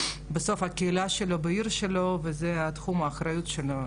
בסוף הקהילה שלו בעיר שלו וזה תחום האחריות שלו.